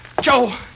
Joe